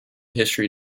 history